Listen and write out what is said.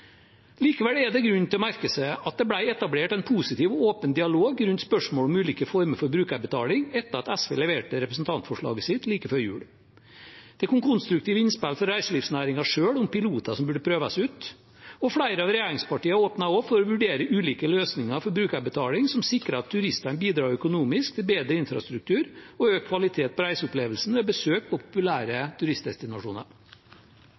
Likevel er det grunn til å merke seg at det ble etablert en positiv og åpen dialog rundt spørsmålet om ulike former for brukerbetaling etter at SV leverte representantforsllget sitt like før jul. Det kom konstruktive innspill fra reiselivsnæringen om piloter som burde prøves ut, og flere av regjeringspartiene åpnet for å vurdere ulike løsninger for brukerbetaling som sikrer at turistene bidrar økonomisk til bedre infrastruktur og økt kvalitet på reiseopplevelsen ved besøk på